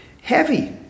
heavy